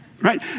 right